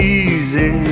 easy